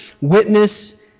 Witness